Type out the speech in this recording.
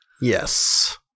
Yes